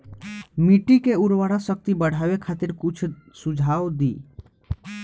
मिट्टी के उर्वरा शक्ति बढ़ावे खातिर कुछ सुझाव दी?